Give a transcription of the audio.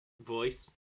voice